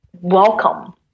welcome